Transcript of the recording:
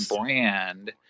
brand